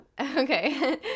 Okay